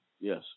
Yes